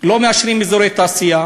לא מאשרים אזורי תעשייה,